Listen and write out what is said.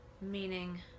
meaning